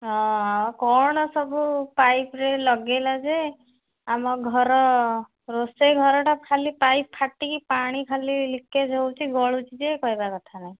ହଁ ହଁ କ'ଣ ସବୁ ପାଇପ୍ରେ ଲଗାଇଲ ଯେ ଆମ ଘର ରୋଷେଇ ଘରଟା ଖାଲି ପାଇପ୍ ଫାଟିକି ପାଣି ଖାଲି ଲିକେଜ୍ ହେଉଛି ଗଳୁଛି ଯେ କହିବା କଥା ନାହିଁ